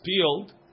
peeled